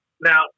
now